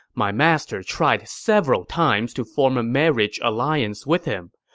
my master tried several times to form a marriage alliance with him,